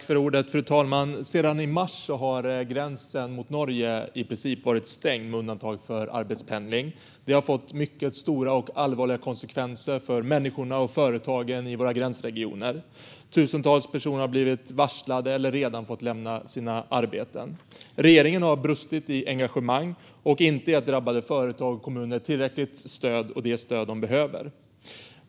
Fru talman! Sedan mars har gränsen mot Norge i princip varit stängd, med undantag för arbetspendling. Det har fått mycket stora och allvarliga konsekvenser för människorna och företagen i våra gränsregioner. Tusentals personer har blivit varslade eller har redan fått lämna sina arbeten. Regeringen har brustit i engagemanget och har inte gett drabbade företag och kommuner tillräckligt av det stöd som de behöver.